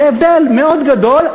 זה הבדל מאוד גדול.